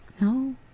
No